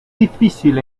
difícil